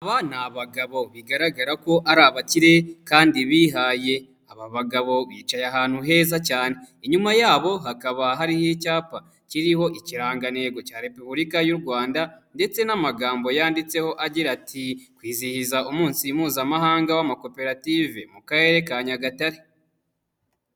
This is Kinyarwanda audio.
Aba ni abagabo, bigaragara ko ari abakire kandi bihaye, aba bagabo bicaye ahantu heza cyane, inyuma yabo hakaba hariho icyapa, kiriho ikirangantego cya Repuburika y'u Rwanda ndetse n'amagambo yanditseho agira ati: "Kwizihiza umunsi mpuzamahanga w'amakoperative mu karere ka Nyagatare".